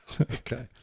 Okay